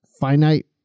finite